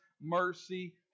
mercy